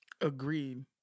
Agreed